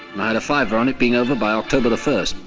and i had a fiver on it being over by october the first.